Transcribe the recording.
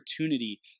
opportunity